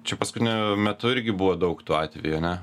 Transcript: čia paskutiniu metu irgi buvo daug tų atvejų ane